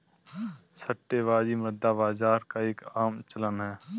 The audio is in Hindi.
सट्टेबाजी मुद्रा बाजार का एक आम चलन है